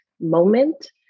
moment